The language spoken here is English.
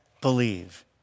believe